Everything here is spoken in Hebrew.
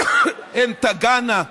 כשהן תגענה,